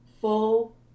full